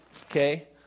Okay